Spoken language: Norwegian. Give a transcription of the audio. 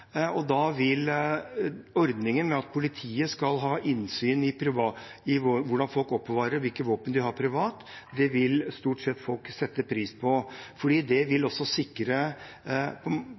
Ordningen med at politiet skal ha innsyn i hvordan folk oppbevarer våpnene, og hvilke våpen de har privat, vil folk stort sett sette pris på, fordi det vil sikre legitimiteten rundt at vi har mange våpen i landet, og også